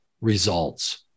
results